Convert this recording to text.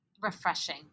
refreshing